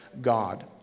God